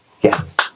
yes